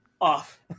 off